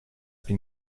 been